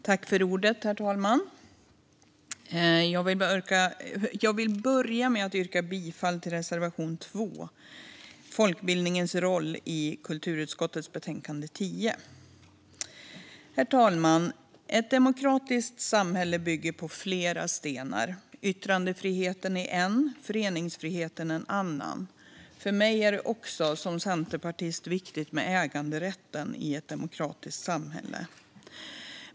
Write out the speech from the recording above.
Herr talman! Jag vill börja med att yrka bifall till reservation 2, om folkbildningens roll, i kulturutskottets betänkande 10. Herr talman! Ett demokratiskt samhälle bygger på flera stenar. Yttrandefriheten är en och föreningsfriheten en annan. För mig som centerpartist är det också viktigt med äganderätten i ett demokratiskt samhälle.